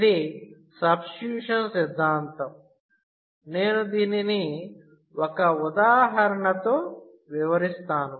ఇది సబ్స్టిట్యూషన్ సిద్ధాంతం నేను దీనిని ఒక ఉదాహరణతో వివరిస్తాను